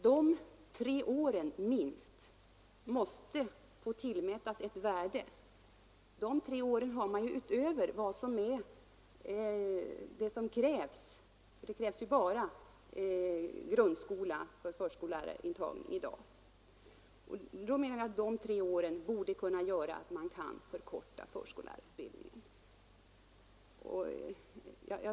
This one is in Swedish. Dessa tre år — minst — utöver vad som krävs vid intagning till förskollärarutbildning måste få tillmätas ett värde. För närvarande är inträdeskravet till denna utbildning bara grundskola. Vi menar att dessa tre år borde kunna motivera en förkortad förskollärarutbildning.